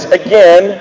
again